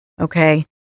Okay